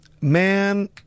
man